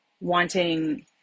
wanting